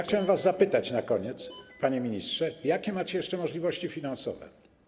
Chciałem was zapytać na koniec, panie ministrze, jakie macie jeszcze możliwości finansowe.